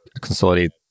consolidate